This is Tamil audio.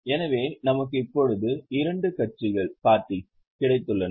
எனவே நமக்கு இப்போது இரண்டு கட்சிகள் கிடைத்துள்ளன